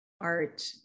art